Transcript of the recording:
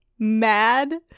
mad